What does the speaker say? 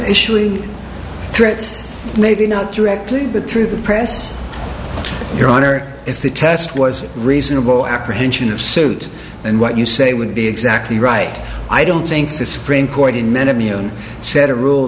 issuing threats maybe not directly but through the press your honor if the test was reasonable apprehension of suit and what you say would be exactly right i don't think the supreme court in